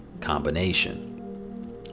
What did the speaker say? combination